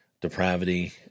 depravity